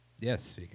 Yes